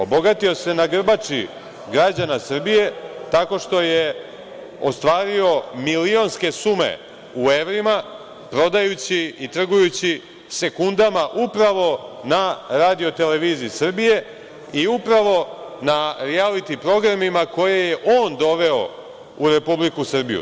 Obogatio se na grbači građana Srbije, tako što je ostvario milionske sume u evrima prodajući i trgujući sekundama upravo na RTS-u i upravo na rijaliti programima koje je on doveo u Republiku Srbiju.